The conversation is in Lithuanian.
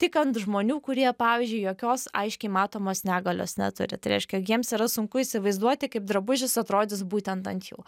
tik ant žmonių kurie pavyzdžiui jokios aiškiai matomos negalios neturi tai reiškia jiems yra sunku įsivaizduoti kaip drabužis atrodys būtent ant jų